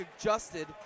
adjusted